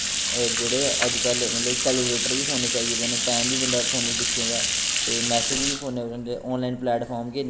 जेह्ड़ेअज कल मतलव कलुक्लेटर बी फोने च आई गेदे न टैम बी बंदे फोने च दिक्खी जंदा ऐ ते मैसेज़ बी फोने पर आनलाईन गै प्लैट फार्म किन्ने आई गेदे न